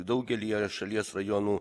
daugelyje šalies rajonų